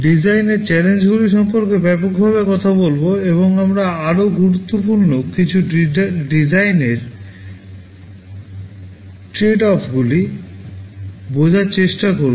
আমরা ডিজাইনের চ্যালেঞ্জগুলি সম্পর্কে ব্যাপকভাবে কথা বলব এবং আমরা আরও গুরুত্বপূর্ণ কিছু ডিজাইনের ট্রেড অফগুলি বোঝার চেষ্টা করব